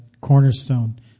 Cornerstone